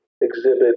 exhibit